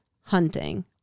hunting